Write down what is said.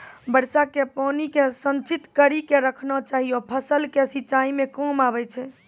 वर्षा के पानी के संचित कड़ी के रखना चाहियौ फ़सल के सिंचाई मे काम आबै छै?